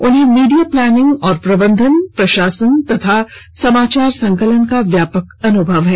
उन्हें media planning और प्रबंधन प्रशासन तथा समाचार संकलन का व्यापक अनुभव है